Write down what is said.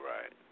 Right